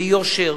ביושר,